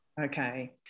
Okay